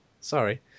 Sorry